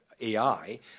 AI